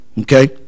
Okay